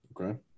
Okay